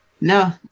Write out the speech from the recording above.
No